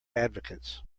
advocates